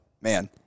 man